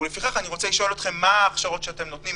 ולפיכך, אני שואל מה ההכשרות שאתם נותנים?